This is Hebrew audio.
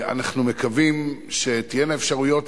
אנחנו מקווים שתהיינה אפשרויות,